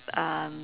um